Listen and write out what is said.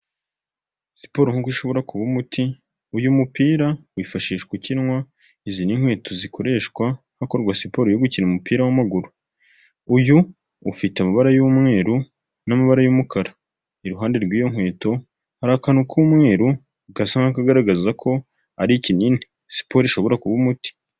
Siporo nk'uko ishobora kuba umuti, uyu mupira wifashishwa ukinwa izi n'inkweto zikoreshwa hakorwa siporo yo gukina umupira wamaguru, uyu ufite amabara y'umweru n'amabara y'umukara, iruhande rw'iyo nkweto hari akantu k'umweru gasa nk'akagaragaza ko ari ikinini, siporo ishobora kuba umuti.